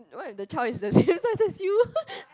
what if the child is the same size as you